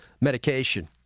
medication